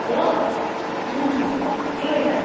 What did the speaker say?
hello কি কৰিছা